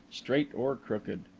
straight or crooked.